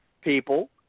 people